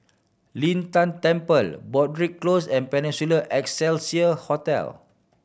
Lin Tan Temple Broadrick Close and Peninsula Excelsior Hotel